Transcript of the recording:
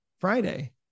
Friday